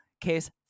Case